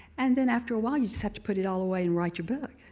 and then after a while you just have to put it all away and write your book.